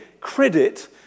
credit